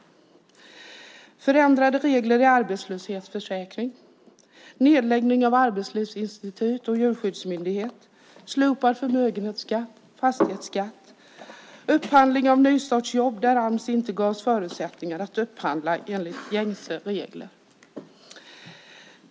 Det gäller förändrade regler i arbetslöshetsförsäkring, nedläggning av Arbetslivsinstitutet och Djurskyddsmyndigheten, slopad förmögenhetsskatt, fastighetsskatt, upphandling av nystartsjobb där Ams inte gavs förutsättningar att upphandla enligt gängse regler.